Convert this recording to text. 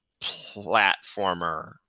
platformer